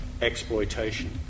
exploitation